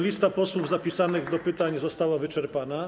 Lista posłów zapisanych do pytań została wyczerpana.